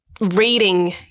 reading